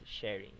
sharing